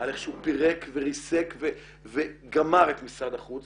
על איך שהוא פירק וריסק וגמר את משרד החוץ,